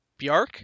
Bjark